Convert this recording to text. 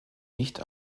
nicht